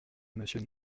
monsieur